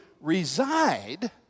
reside